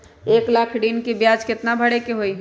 एक लाख ऋन के ब्याज केतना भरे के होई?